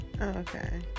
okay